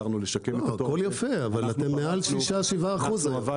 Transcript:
הכול יפה, אבל אתם מעל 6%, 7% היום.